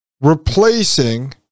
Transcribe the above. replacing